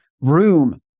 room